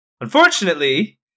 unfortunately